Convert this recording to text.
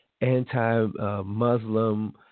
anti-Muslim